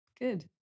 good